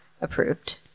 approved